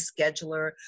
scheduler